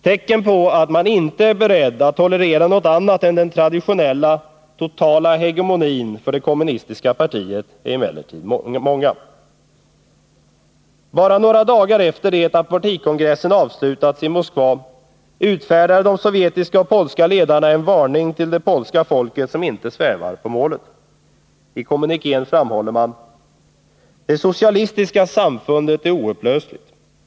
Tecknen på att man inte är beredd att tolerera något annat än den traditionella, totala hegemonin för det kommunistiska partiet är emellertid många. Bara några dagar efter det att partikongressen avslutats i Moskva utfärdade de sovjetiska och polska ledarna en varning till det polska folket, där man inte svävar på målet. I kommunikén framhålls det: ”Det socialistiska samfundet är oupplösligt.